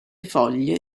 foglie